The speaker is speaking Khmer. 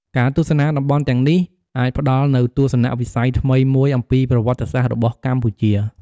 ការទស្សនាតំបន់ទាំងនេះអាចផ្តល់នូវទស្សនៈវិស័យថ្មីមួយអំពីប្រវត្តិសាស្រ្តរបស់កម្ពុជា។